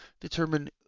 determine